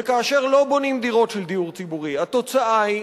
וכאשר לא בונים דירות של דיור ציבורי התוצאה היא,